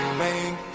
make